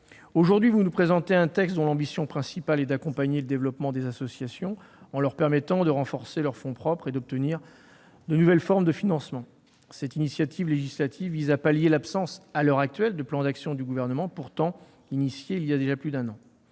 Aujourd'hui, vous nous présentez un texte dont l'ambition principale est d'accompagner le développement des associations en leur permettant de renforcer leurs fonds propres et d'obtenir de nouvelles formes de financement. Cette initiative législative vise à pallier l'absence, à l'heure actuelle, d'un plan d'action du Gouvernement, pourtant initié il y a déjà plus d'un an.